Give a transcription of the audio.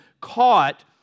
caught